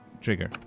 trigger